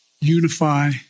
unify